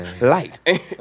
light